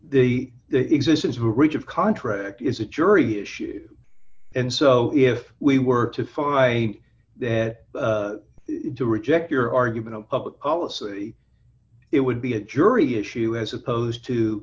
the existence of a reach of contract is a jury issue and so if we were to find that to reject your argument on public policy it would be a jury issue as opposed to